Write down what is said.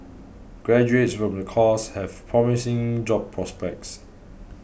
graduates from the course have promising job prospects